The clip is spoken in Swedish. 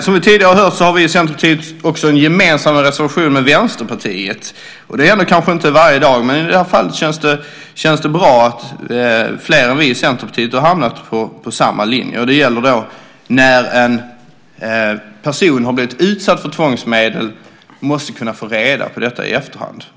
Som vi tidigare har hört har vi i Centerpartiet också en gemensam reservation med Vänsterpartiet. Det händer inte varje dag, men i det här fallet känns det bra att fler än vi i Centerpartiet har hamnat på samma linje. Det gäller att en person som har blivit utsatt för tvångsmedel måste kunna få reda på det i efterhand.